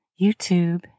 YouTube